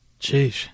Jeez